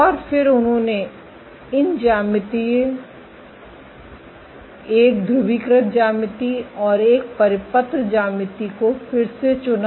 और फिर उन्होंने इन दो ज्यामितीयों एक ध्रुवीकृत ज्यामिति और एक परिपत्र ज्यामिति को फिर से चुना